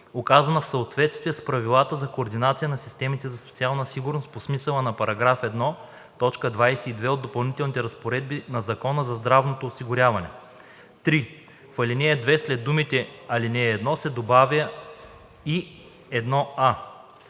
оказана в съответствие с правилата за координация на системите за социална сигурност по смисъла на § 1, т. 22 от допълнителните разпоредби на Закона за здравното осигуряване.“ 3. В ал. 2 след думите „ал. 1“ се добавя „и 1а“.